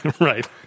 right